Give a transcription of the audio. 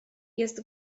jest